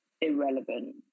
irrelevant